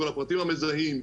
עם כל הפרטים המזהים,